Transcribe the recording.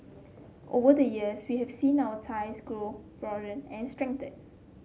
over the years we have seen our ties grow broaden and strengthen